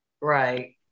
Right